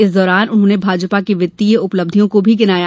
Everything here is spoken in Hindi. इस दौरान उन्होंने भाजपा की वित्तीय उपलब्धियों को भी गिनाया